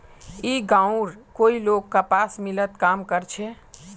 ई गांवउर कई लोग कपास मिलत काम कर छे